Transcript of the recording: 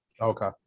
Okay